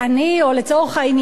או לצורך העניין,